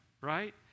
right